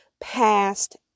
past